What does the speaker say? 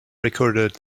recorded